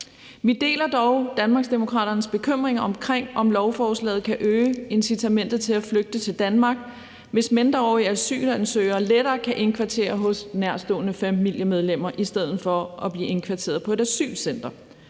Vi deler dog Danmarksdemokraternes bekymring omkring, om lovforslaget kan øge incitamentet til at flygte til Danmark, hvis mindreårige asylansøgere lettere kan indkvarteres hos nærtstående familiemedlemmer i stedet for at blive indkvarteret på et asylcenter.